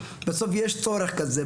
בסוף יש צורך כזה.